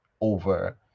over